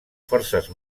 forces